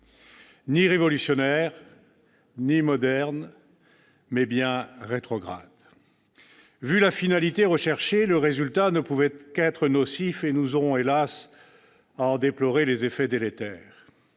Ni révolutionnaire ni moderne, mais bien rétrograde ... Vu la finalité recherchée, le résultat ne pouvait qu'être nocif, et nous aurons, hélas, à en déplorer les effets délétères.